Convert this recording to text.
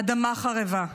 אדמה חרבה.